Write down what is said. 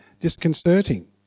disconcerting